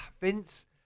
Vince